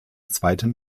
zweiten